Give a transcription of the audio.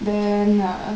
then